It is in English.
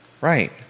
Right